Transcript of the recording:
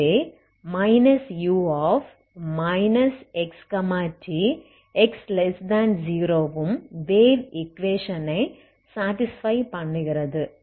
ஆகவே u xt x0 வும் wave ஈக்வேஷனை சாடிஸ்பை பண்ணுகிறது